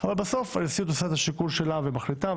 אבל בסוף הנשיאות עושה את השיקול שלה ומחליטה,